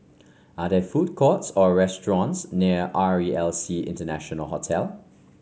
are there food courts or restaurants near R E L C International Hotel